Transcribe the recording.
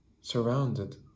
surrounded